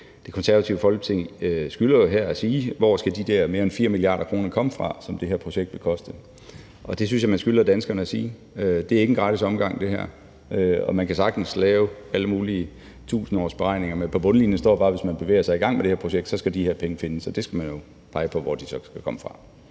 Det Konservative Folkeparti skylder her at sige, hvor de der mere end 4 mia. kr., som det her projekt vil koste, skal komme fra. Det synes jeg man skylder danskerne at sige. Det her er ikke en gratis omgang. Man kan sagtens lave alle mulige tusindårsberegninger, men på bundlinjen står bare, at hvis man bevæger sig i gang med det her projekt, skal de penge findes, og der skal man jo pege på hvor de så skal komme fra.